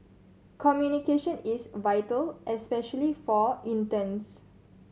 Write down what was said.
communication is vital especially for interns